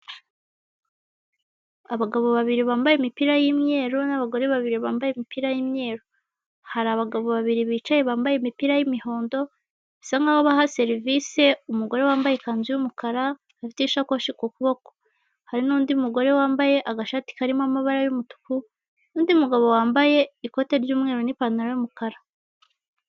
Abagabo babiri bambaye imipira y'imyeru n'abagore babiri bambaye imipira y'imyeru, hari abagabo babiri bicaye bambaye imipira y'imuhondo, bisa nk'aho baha serivisi umugore wambaye ikanzu y'umukara, ufite isakoshi ku kuboko, hari n'undi mugore wambaye agashati karimo amabara y'umutuku n'undi mugabo wambaye ikote ry'umweru n'ipantaro y'umukara.